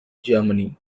germany